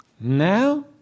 Now